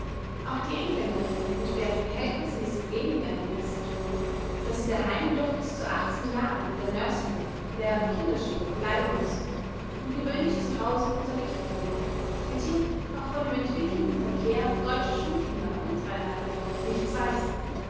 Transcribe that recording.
auch die engländerin entbehrt verhälnißmäßig weniger in dem institut da sie daheim doch bis zu achtzehn jahren in der nursery der kinderstube bleiben muß und gewöhnlich zu hause unterrichtet wird mithin auch von dem entwickelnden verkehr deutscher schulkinder unter einander nichts weiß